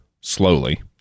slowly